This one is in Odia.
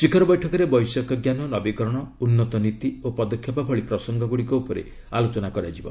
ଶିଖର ବୈଠକରେ ବୈଷୟିକ ଜ୍ଞାନ ନବୀକରଣ ଉନ୍ନତ ନୀତି ଓ ପଦକ୍ଷେପ ଭଳି ପ୍ରସଙ୍ଗଗ୍ରଡ଼ିକ ଉପରେ ଆଲୋଚନା ହେବ